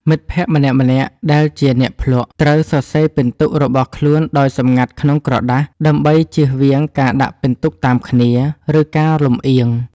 មិត្តភក្តិម្នាក់ៗដែលជាអ្នកភ្លក្ស ត្រូវសរសេរពិន្ទុរបស់ខ្លួនដោយសម្ងាត់ក្នុងក្រដាស ដើម្បីចៀសវាងការដាក់ពិន្ទុតាមគ្នា ឬការលម្អៀង។